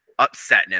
upsetness